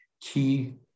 key